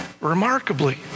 remarkably